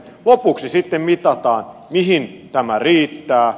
lopuksi sitten mitataan mihin tämä riittää